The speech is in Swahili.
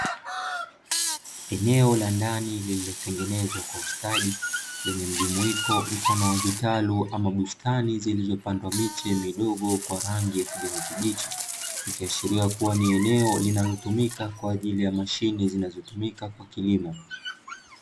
Eneo la ndani lililotengenezwa kwa ustadi, lenye mjumuiko mfano wa vitalu ama bustani zilizopandwa miche midogo kwa rangi ya kijani kibichi. Ikiashiria kuwa ni eneo linalotumika kwa ajili ya mashine zinazotumika kwa kilimo.